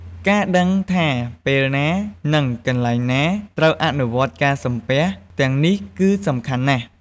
ការដឹងថាពេលណា និងកន្លែងណាត្រូវអនុវត្តការសំពះទាំងនេះគឺសំខាន់ណាស់។